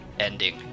Ending